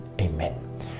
Amen